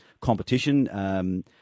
competition